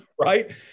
right